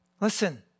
Listen